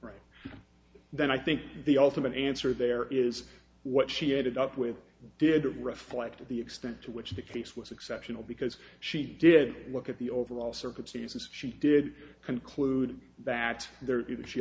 right then i think the ultimate answer there is what she ended up with did reflect the extent to which the case was exceptional because she did look at the overall circumstances she did conclude that there